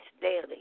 daily